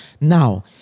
now